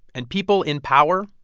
and people in power,